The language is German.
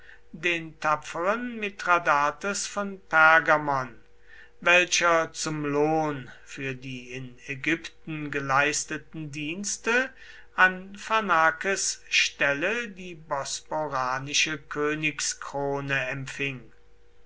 den tapferen mithradates von pergamon welcher zum lohn für die in ägypten geleisteten dienste an pharnakes stelle die bosporanische königskrone empfing